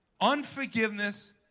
Unforgiveness